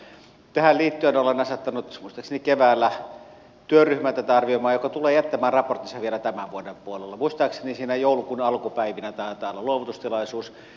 tähän liittyen olen asettanut muistaakseni keväällä työryhmän tätä arvioimaan joka tulee jättämään raporttinsa vielä tämän vuoden puolella muistaakseni siinä joulukuun alkupäivinä taitaa olla luovutustilaisuus